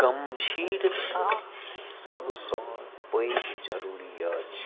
गम्भीरता सभसँ पैघ जरूरी अछि